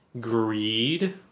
greed